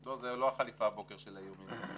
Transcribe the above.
לא, זו לא החליפה של האיומים הבוקר.